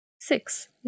six